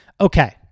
Okay